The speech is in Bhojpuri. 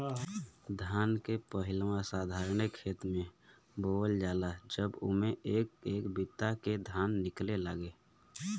धान के पहिलवा साधारणे खेत मे बोअल जाला जब उम्मे एक एक बित्ता के धान निकले लागे